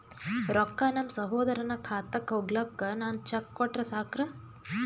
ರೊಕ್ಕ ನಮ್ಮಸಹೋದರನ ಖಾತಕ್ಕ ಹೋಗ್ಲಾಕ್ಕ ನಾನು ಚೆಕ್ ಕೊಟ್ರ ಸಾಕ್ರ?